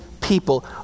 people